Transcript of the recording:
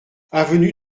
avenue